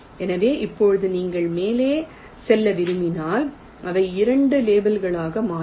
எனவே இப்போது நீங்கள் மேலே செல்ல விரும்பினால் இவை 2 லேபிள்களாக மாறும்